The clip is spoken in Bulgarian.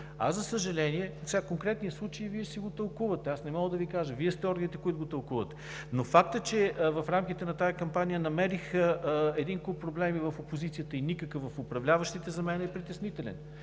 и те го усещат. Конкретния случай Вие ще го тълкувате, аз не мога да Ви кажа, Вие сте органите, които ще го тълкуват, но фактът, че в рамките на тази кампания намерих един куп проблеми в опозицията и никакъв в управляващите, за мен е притеснителен.